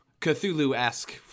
Cthulhu-esque